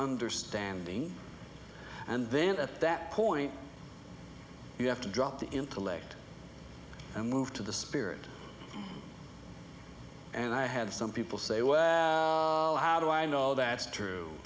understanding and then at that point you have to drop the intellect and weave to the spirit and i had some people say well how do i know that's true